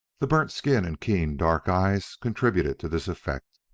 the burnt skin and keen dark eyes contributed to this effect,